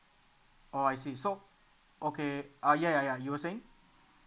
oh I see so okay uh ya ya ya you were saying